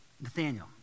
Nathaniel